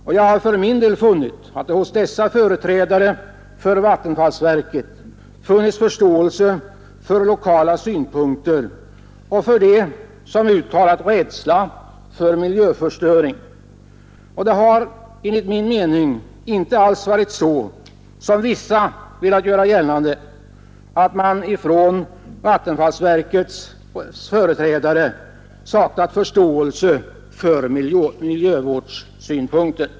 För min del har jag funnit att dessa företrädare för vattenfallsverket visat förståelse för lokala synpunkter och för synpunkter beträffande miljön. Enligt min mening är det inte alls så — vilket 57 man från visst håll velat göra gällande — att vattenfallsverkets företrädare saknar förståelse för miljövårdssynpunkter.